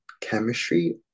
chemistry